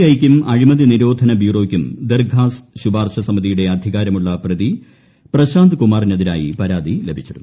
I യ്ക്കും അഴിമതി നിരോധന ബ്യൂറോയ്ക്കും ദർഘാസ് ശുപാർശ സമിതിയുടെ അധികാരമുള്ള പ്രതി പ്രശാന്ത് കുമാറിനെതിരായി പരാതി ലഭിച്ചിരുന്നു